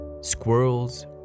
Squirrels